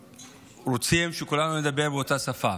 שרוצים שכולנו נדבר באותה שפה.